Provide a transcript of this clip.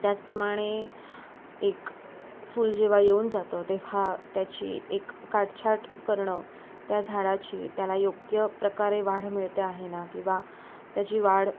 त्याचप्रमाणे एक फुल जेव्हा येऊन जातं तेव्हा त्याची एक काटछाट करणं त्या झाडाची त्याला योग्य प्रकारे वाढ मिळते आहे ना किंवा त्याची वाढ